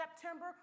September